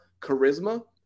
charisma